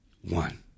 one